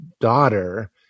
daughter